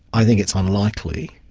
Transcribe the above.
i think it's unlikely,